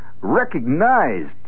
recognized